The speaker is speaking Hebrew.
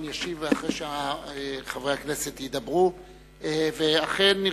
וכך לאפשר להמשיך לבחון את השלכות יישומן של הוראות הפרק בשנת המס